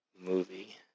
movie